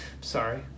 Sorry